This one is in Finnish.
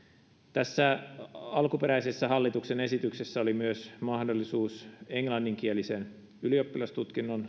tässä alkuperäisessä hallituksen esityksessä oli mahdollisuus myös englanninkielisen ylioppilastutkinnon